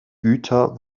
güter